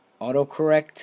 autocorrect